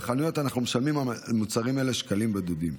בחנויות אנחנו משלמים עבור המוצרים האלה שקלים בודדים.